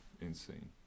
insane